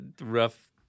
rough